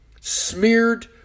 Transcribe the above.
Smeared